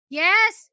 yes